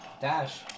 Dash